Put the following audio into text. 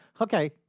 okay